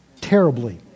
terribly